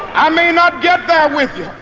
i may not get there with